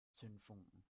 zündfunken